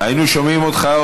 אדוני סגן שר החינוך.